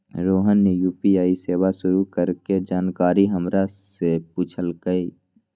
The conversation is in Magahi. रोहन ने यू.पी.आई सेवा शुरू करे के जानकारी हमरा से पूछल कई